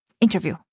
interview